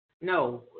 No